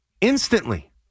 Instantly